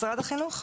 טובה ממשרד החינוך,